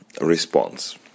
response